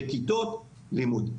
בכיתות לימוד.